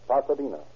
Pasadena